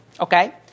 Okay